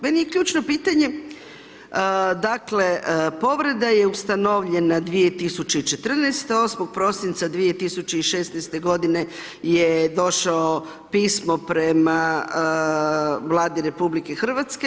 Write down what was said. Meni je ključno pitanje, dakle povreda je ustanovljena 2014., 8. prosinca 2016. godine je došao pismo prema Vladi RH.